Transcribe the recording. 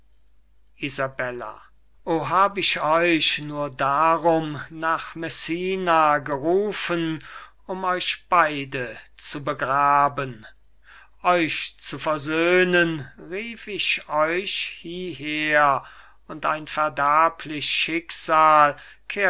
isabella o hab ich euch nur darum nach messina gerufen um euch beide zu begraben euch zu versöhnen rief ich euch hieher und ein verderblich schicksal